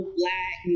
black